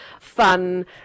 fun